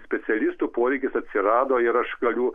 specialistų poreikis atsirado ir aš galiu